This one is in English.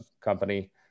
company